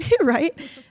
right